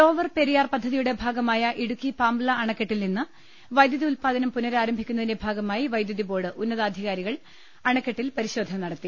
lower Periyar പദ്ധതിയുടെ ഭാഗമായ ഇടുക്കി പാംബ്ള അണക്കെട്ടിൽനിന്ന് വൈദ്യുതി ഉത്പാദനം പുനരാരംഭിക്കുന്നതിന്റെ ഭാഗമായി വൈദ്യുതി ബോർഡ് ഉന്നതാധികാരികൾ അണക്കെട്ടിൽ പരിശോധന നടത്തി